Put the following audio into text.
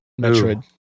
Metroid